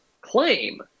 claim